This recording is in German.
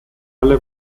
halle